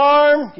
arm